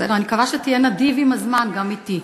בסדר, אני מקווה שתהיה נדיב בזמן גם אתי.